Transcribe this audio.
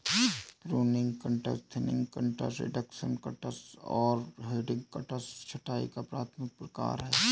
pruning cuts, thinning cuts, reduction cuts और heading cuts छंटाई का प्राथमिक प्रकार हैं